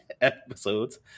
episodes